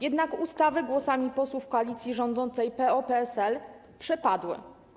Jednak ustawy głosami posłów koalicji rządzącej PO-PSL przepadły.